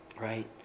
right